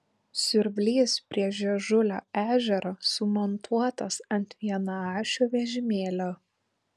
siurblys prie žiežulio ežero sumontuotas ant vienaašio vežimėlio